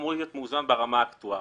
גם אמור להיות מאוזן ברמה האקטוארית.